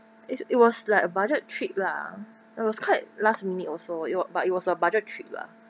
it it was like a budget trip lah it was quite last minute also it wa~ but it was a budget trip lah